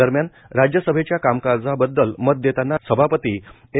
दरम्यान राज्यसभेच्या कामकाजाबद्दल मत देतांना सभापती एम